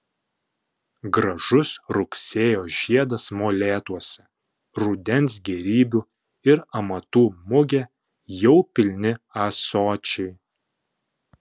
gražus rugsėjo žiedas molėtuose rudens gėrybių ir amatų mugė jau pilni ąsočiai